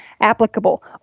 applicable